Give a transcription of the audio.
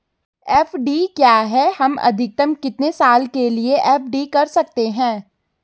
FD क्या है हम अधिकतम कितने साल के लिए एफ.डी कर सकते हैं?